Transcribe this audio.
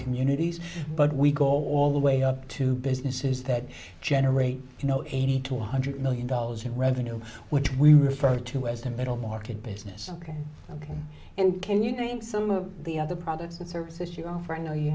communities but we go all the way up to businesses that generate you know eighty to one hundred million dollars in revenue which we refer to as a middle market business ok ok and can you name some of the other products and services you offer you know you